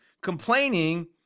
complaining